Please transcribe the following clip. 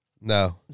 No